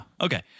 Okay